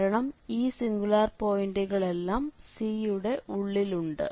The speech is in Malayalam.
കാരണം ഈ സിംഗുലാർ പോയിന്റുകൾ എല്ലാം C യുടെ ഉള്ളിൽ ഉണ്ട്